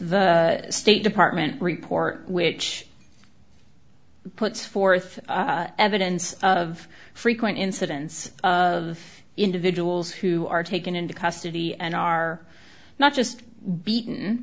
the state department report which puts forth evidence of frequent incidence of individuals who are taken into custody and are not just beaten